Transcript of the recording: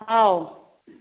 ꯍꯥꯎ